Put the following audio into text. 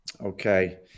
Okay